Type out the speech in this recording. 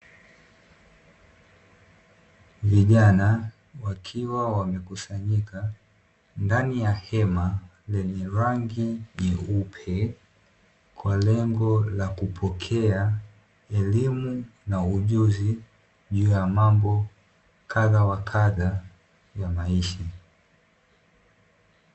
Vijana wakiwa wamekusanyika, ndani ya hema lenye rangi nyeupe, kwa lengo la kupokea elimu na ujuzi juu ya mambo kadha wa kadha ya maisha.